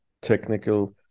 technical